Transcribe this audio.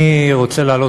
אני רוצה להעלות,